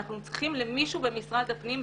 ואנחנו צריכים שמישהו במשרד הפנים,